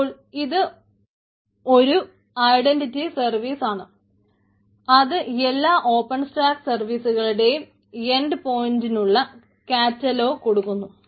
അപ്പോൾ ഇത് ഒരു ഐഡൻറിറ്റി സർവീസ് കൊടുക്കുന്നു